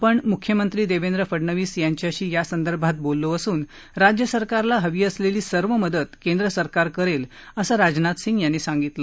आपण म्ख्यमंत्री देवेंद्र फडणवीस यांच्याशी यासंदर्भात बोललो असून राज्य सरकारला हवी असलेली सर्व मदत केंद्र सरकार करेल असं राजनाथ सिंग यांनी सांगितलं